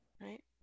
Right